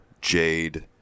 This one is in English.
Jade